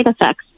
effects